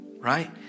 right